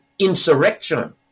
Insurrection